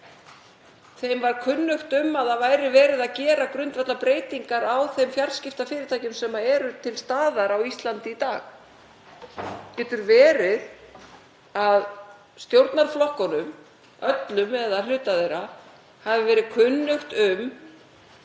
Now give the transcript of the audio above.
þeim var kunnugt um að verið væri að gera grundvallarbreytingar á þeim fjarskiptafyrirtækjum sem eru á Íslandi í dag? Getur verið að stjórnarflokkunum öllum eða hluta þeirra hafi verið kunnugt um